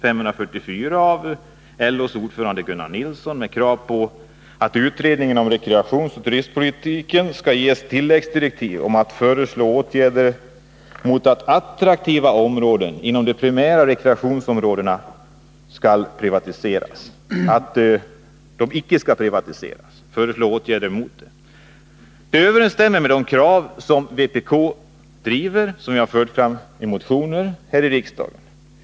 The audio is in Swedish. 544, av LO:s ordförande Gunnar Nilsson m.fl. med krav på att utredningen om rekreationsoch turistpolitiken skall få tilläggsdirektiv att föreslå åtgärder mot att attraktiva områden inom de primära rekreationsområdena skall privatiseras. Det överensstämmer med det krav som vpk fört fram i motioner här i riksdagen.